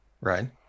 Right